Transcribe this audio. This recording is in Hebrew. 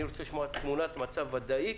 אני רוצה לשמוע תמונת מצב ודאית